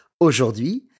Aujourd'hui